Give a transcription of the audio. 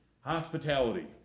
hospitality